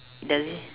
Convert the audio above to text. does he